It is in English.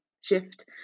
shift